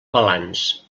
balanç